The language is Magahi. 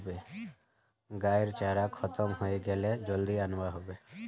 गाइर चारा खत्म हइ गेले जल्दी अनवा ह बे